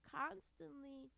constantly